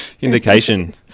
indication